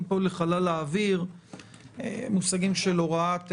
פה לחלל האוויר מושגים של הוראת שעה,